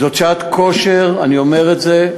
זו שעת כושר, אני אומר את זה.